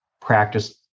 practice